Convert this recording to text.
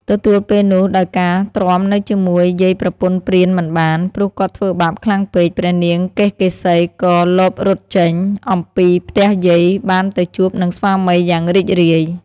ទទួលពេលនោះដោយការទ្រាំនៅជាមួយយាយប្រពន្ធព្រានមិនបាន ព្រោះគាត់ធ្វើបាបខ្លាំងពេក ព្រះនាងកេសកេសី ក៏លបរត់ចេញ អំពីផ្ទះយាយ បានទៅជួបនឹងស្វាមីយ៉ាងរីករាយ។